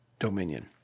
Dominion